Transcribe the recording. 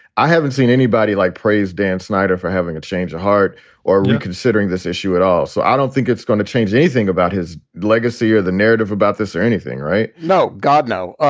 i haven't seen anybody, like, praise dan snyder for having a change of heart or when considering this issue at all. so i don't think it's going to change anything about his legacy or the narrative about this or anything, right? no, god, no.